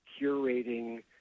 curating